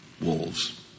wolves